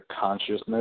consciousness